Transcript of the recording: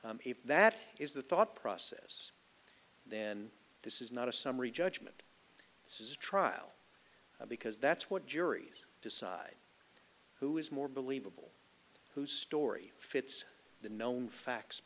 that is the thought process then this is not a summary judgment this is a trial because that's what juries decide who is more believable whose story fits the known facts